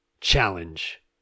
challenge